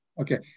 Okay